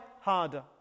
harder